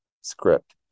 script